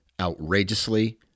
outrageously